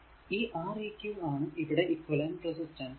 ഈ' R eq ആണ് ഇവിടെ ഇക്വിവലെന്റ് റെസിസ്റ്റൻസ് equivalent resistance